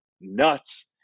nuts